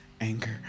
anger